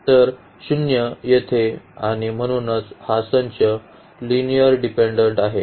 हा शून्य येथे आणि म्हणूनच हा संच लिनिअर्ली डिपेन्डेन्ट आहे